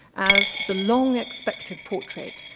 as the long expected portrait,